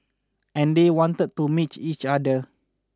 and they wanted to meet each other